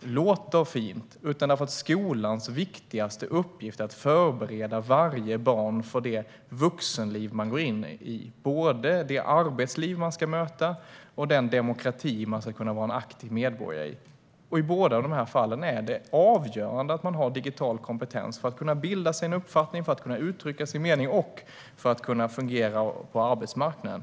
låter fint, utan därför att skolans viktigaste uppgift är att förbereda varje barn för det vuxenliv man går in i. Detta gäller både det arbetsliv som man ska möta och den demokrati som man ska kunna vara en aktiv medborgare i. I båda dessa fall är det avgörande att man har digital kompetens. Det är avgörande för att man ska kunna bilda sig en uppfattning, för att man ska kunna uttrycka sin mening och för att man ska kunna fungera på arbetsmarknaden.